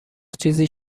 چیزی